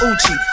Uchi